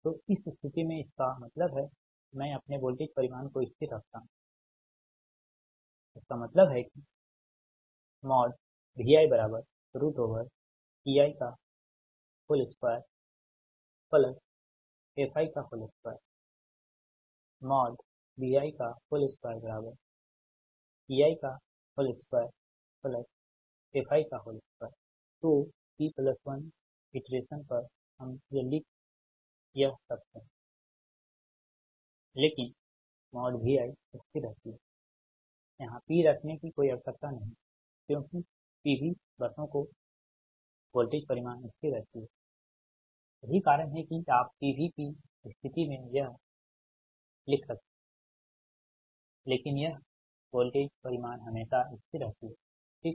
तो इस स्थिति में इसका मतलब है मैं अपने वोल्टेज परिमाण को स्थिर रखता हूं इसका मतलब है कि Viei 2fi 2 Vi 2ei 2fi 2 तोp1th इटरेशन पर हम लिख यह ei p12 fi p12Vi 2 लिख सकते है लेकिन Vi सामान रहती है यहाँ P रखने कि कोई आवश्यकता नही है क्योंकि PV बसों का वोल्टेज परिमाण स्थिर रहती है यही कारण है कि आप PV कि स्थिति में यहei p12 fi p12Vi 2लिख सकते हैं लेकिन यह वोल्टेज परिमाण हमेशा स्थिर रहती है ठीक